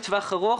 הכנסה",